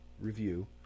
review